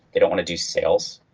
they don't want to do sales.